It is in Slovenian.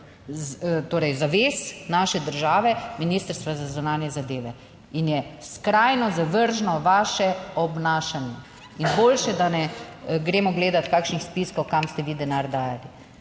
torej zavez naše države, Ministrstva za zunanje zadeve in je skrajno zavržno vaše obnašanje. In boljše, da ne gremo gledati kakšnih spiskov kam ste vi denar dajali.